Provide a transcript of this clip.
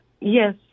Yes